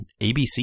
ABC